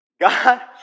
God